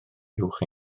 uwch